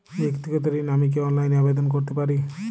ব্যাক্তিগত ঋণ আমি কি অনলাইন এ আবেদন করতে পারি?